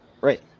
Right